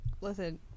listen